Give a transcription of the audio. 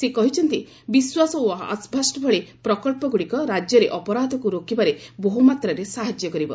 ସେ କହିଛନ୍ତି ବିଶ୍ୱାସ ଓ ଆଶ୍ଭାଷ୍ଟ ଭଳି ପ୍ରକନ୍ସଗୁଡ଼ିକ ରାଜ୍ୟରେ ଅପରାଧକୁ ରୋକିବାରେ ବହୁମାତ୍ରାରେ ସାହାଯ୍ୟ କରିବ